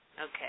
Okay